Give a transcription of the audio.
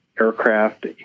aircraft